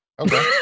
Okay